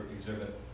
exhibit